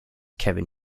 kevin